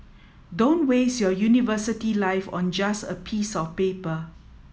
don't waste your university life on just a piece of paper